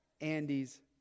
Andy's